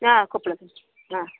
ನಾ ಕೊಪ್ಳಕ್ಕೆ ಹಾಂ